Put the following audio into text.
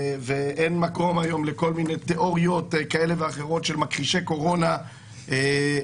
ואין מקום היום לכל מיני תיאוריות כאלה ואחרות של מכחישי קורונה הזויים.